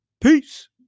Peace